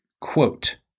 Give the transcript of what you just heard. quote